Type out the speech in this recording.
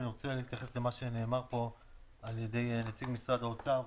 אני רוצה להתייחס למה שנאמר פה על ידי נציג משרד האוצר.